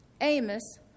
Amos